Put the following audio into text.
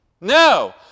No